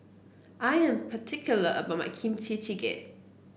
I am particular about my Kimchi Jjigae